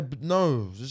No